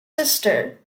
sister